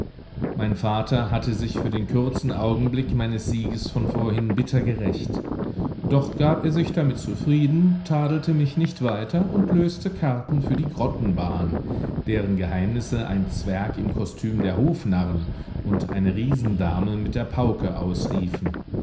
mein vater hatte sich für den kurzen augenblick meines sieges von vorhin bitter gerächt doch gab er sich damit zufrieden tadelte mich nicht weiter und löste karten für die grottenbahn deren geheimnisse ein zwerg im kostüm der hofnarren und eine riesendame mit der pauke ausriefen